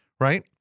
right